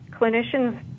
clinicians